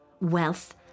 wealth